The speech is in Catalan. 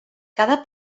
cada